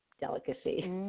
delicacy